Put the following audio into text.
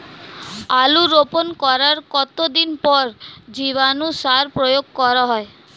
আলু রোপণ করার কতদিন পর জীবাণু সার প্রয়োগ করা হয়?